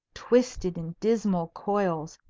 twisted in dismal coils,